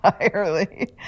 entirely